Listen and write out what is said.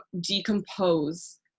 decompose